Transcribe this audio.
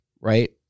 Right